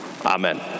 amen